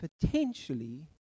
potentially